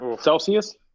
Celsius